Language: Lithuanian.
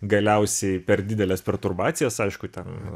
galiausiai per dideles perturbacijas aišku ten